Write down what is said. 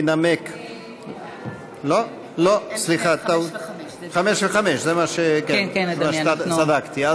ינמק, לא, סליחה, טעות, חמש וחמש, כן, צדקתי.